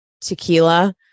tequila